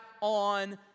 on